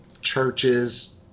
churches